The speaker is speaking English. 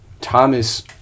Thomas